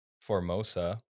Formosa